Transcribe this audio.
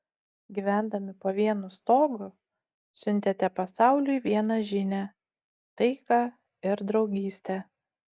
gyvendami po vienu stogu siuntėte pasauliui vieną žinią taiką ir draugystę